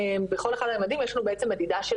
בכל אחד מהמדדים יש לנו בעצם מדידה של